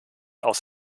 aus